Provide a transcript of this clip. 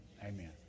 amen